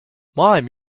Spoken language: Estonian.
maailm